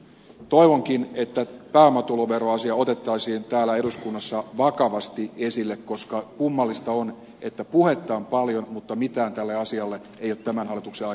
toivonkin että pääomatuloveroasia otettaisiin täällä eduskunnassa vakavasti esille koska kummallista on että puhetta on paljon mutta mitään tälle asialle ei ole tämän hallituksen aikana tapahtunut